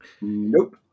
Nope